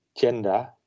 gender